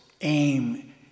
aim